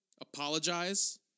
Apologize